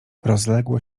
rozległo